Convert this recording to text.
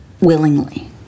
Willingly